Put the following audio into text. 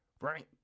right